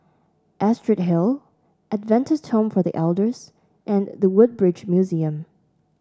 Astrid Hill Adventist Twom for The Elders and The Woodbridge Museum